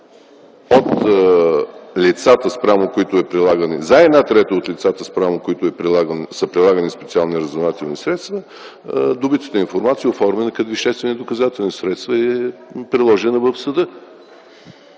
за една трета от лицата, спрямо които са прилагани специални разузнавателни средства, добитата информация е оформена като веществени доказателства и е приложена в съда,